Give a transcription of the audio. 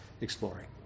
exploring